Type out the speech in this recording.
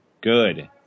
good